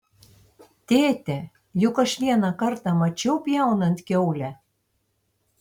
tėte juk aš vieną kartą mačiau pjaunant kiaulę